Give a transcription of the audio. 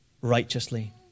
righteously